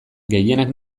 gehienak